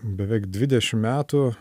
beveik dvidešim metų